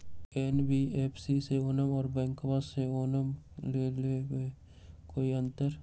NBFC से लोनमा आर बैंकबा से लोनमा ले बे में कोइ अंतर?